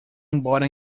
embora